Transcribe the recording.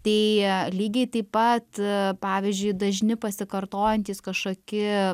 tai lygiai taip pat pavyzdžiui dažni pasikartojantys kažkoki